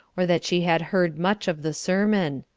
or that she had heard much of the sermon.